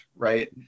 Right